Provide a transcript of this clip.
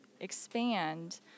expand